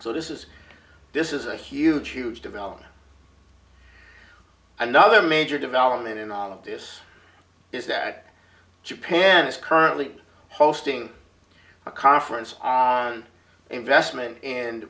so this is this is a huge huge development another major development in all of this is that japan is currently hosting a conference on investment and